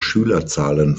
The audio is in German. schülerzahlen